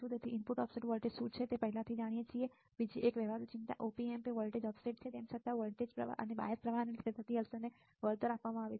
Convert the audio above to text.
તેથી input offset voltage શું છે આપણે પહેલાથી જ જાણીએ છીએ કે બીજી એક વ્યવહારુ ચિંતા Op Amp એ વોલ્ટેજ ઓફસેટ છે તેમ છતાં ઓફસેટ પ્રવાહ અને બાયસ પ્રવાહને લીધે થતી અસરને વળતર આપવામાં આવે છે